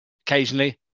occasionally